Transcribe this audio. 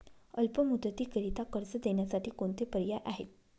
अल्प मुदतीकरीता कर्ज देण्यासाठी कोणते पर्याय आहेत?